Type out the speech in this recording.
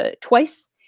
twice